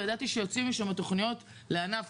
וידעתי שהוא יוציא משם תכניות לענף